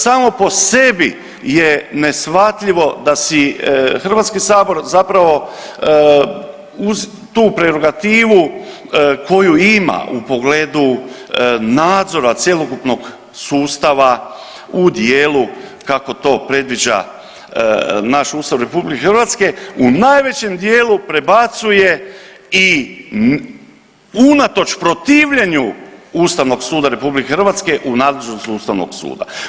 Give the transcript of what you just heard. Samo po sebi je neshvatljivo da si Hrvatski sabor zapravo tu … koju ima u pogledu nadzora cjelokupnog sustava u dijelu kako to predviđa naš Ustav RH u najvećem dijelu prebacuje i unatoč protivljenju Ustavnog suda RH u nadležnost Ustavnog suda.